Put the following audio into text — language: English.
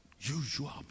Usual